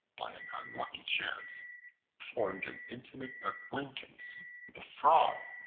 by an unlucky chance formed an intimate acquaintance frog,